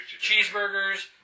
cheeseburgers